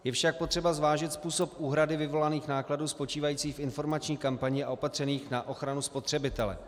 Je však potřeba zvážit způsob úhrady vyvolaných nákladů spočívajících v informační kampani a opatřeních na ochranu spotřebitele.